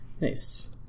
nice